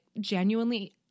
genuinely